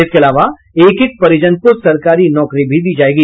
इसके अलावा एक एक परिजन को सरकारी नौकरी भी दी जायेगी